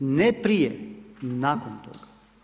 Ne prije, nakon toga.